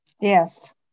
yes